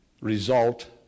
result